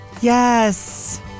Yes